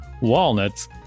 walnuts